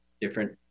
different